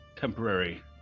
temporary